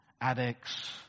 addicts